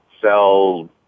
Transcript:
sell